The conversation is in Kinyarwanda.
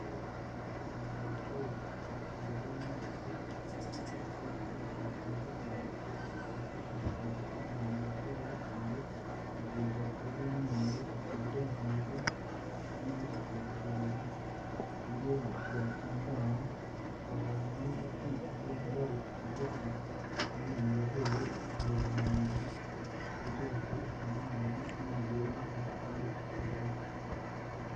Umuntu wicaye imbere y'imeza iteretseho ibikoresho bitandukanye byifashishwa mu gutunganya imiti ya gakondo, mu gihe byakozwe n'umuntu ubifitiye uburenganzira kandi ubifitiye ubushobozi ku buryo byatunganywa hakavanwamo imiti ivura indwara zitandukanye. Kandi yizewe ifite ubuziranenge ku buryo yakoreshwa n'umuntu ntimugireho ingaruka mbi ku buzima.